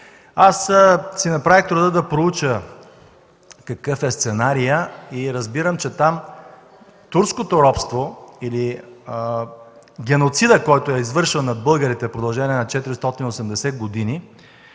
Аз си направих труда да проуча какъв е сценарият и разбирам, че там турското робство или геноцидът, който е извършван над българите в продължение на 480 години,